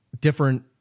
different